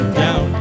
down